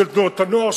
של תנועות הנוער,